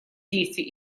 действий